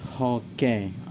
Okay